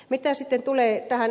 mitä sitten tulee ed